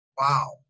Wow